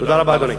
תודה רבה, אדוני.